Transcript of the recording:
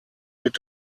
mit